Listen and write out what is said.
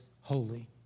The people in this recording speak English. holy